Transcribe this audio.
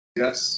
yes